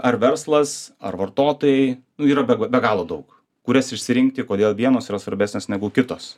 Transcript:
ar verslas ar vartotojai nu yra be be galo daug kurias išsirinkti kodėl vienos yra svarbesnės negu kitos